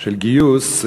של גיוס.